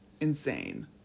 insane